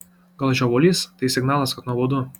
gal žiovulys tai signalas kad nuobodu